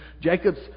Jacob's